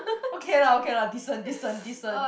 okay lah okay lah decent decent decent